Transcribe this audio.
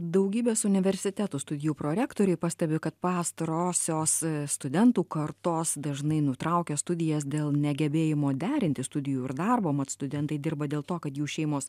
daugybės universitetų studijų prorektoriai pastebi kad pastarosios studentų kartos dažnai nutraukia studijas dėl negebėjimo derinti studijų ir darbo mat studentai dirba dėl to kad jų šeimos